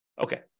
Okay